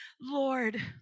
Lord